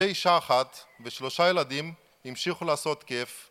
...אישה אחת ושלושה ילדים המשיכו לעשות כיף